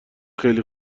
خیلی